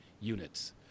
units